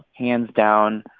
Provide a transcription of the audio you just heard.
hands down,